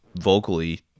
vocally